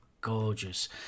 gorgeous